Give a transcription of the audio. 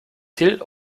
till